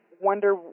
wonder